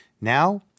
Now